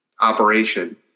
operation